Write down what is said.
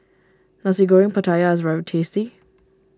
Nasi Goreng Pattaya is very tasty